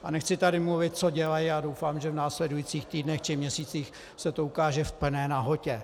A nechci tady mluvit, co dělají, a doufám, že v následujících týdnech či měsících se to ukáže v plné nahotě.